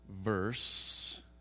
verse